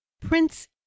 prince